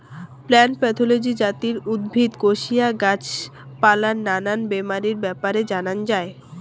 plant pathology যাতি উদ্ভিদ, কোশিয়া, গাছ পালার নানা বেমারির ব্যাপারে জানাঙ যাই